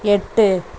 எட்டு